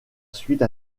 suite